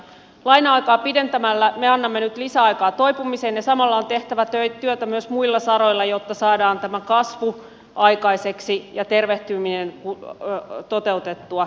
laina aikaa pidentämällä me annamme nyt lisäaikaa toipumiseen ja samalla on tehtävä työtä myös muilla saroilla jotta saadaan tämä kasvu aikaiseksi ja tervehtyminen toteutettua